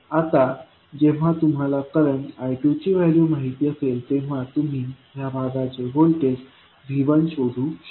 आता जेव्हा तुम्हाला करंट I2ची व्हॅल्यू माहित असेल तेव्हा तुम्ही ह्या भागाचे व्होल्टेज V1 शोधू शकता